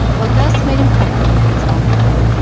while gus made him comfortable in his own room.